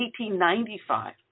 1895